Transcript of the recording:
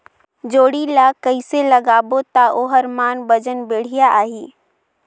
जोणी ला कइसे लगाबो ता ओहार मान वजन बेडिया आही?